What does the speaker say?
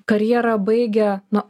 karjerą baigia na